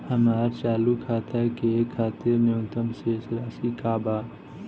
हमार चालू खाता के खातिर न्यूनतम शेष राशि का बा?